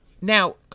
now